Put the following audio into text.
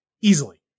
easily